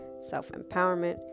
self-empowerment